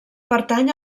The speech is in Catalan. pertany